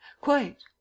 Quite